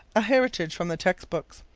a heritage from the text-books.